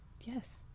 yes